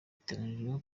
biteganyijwe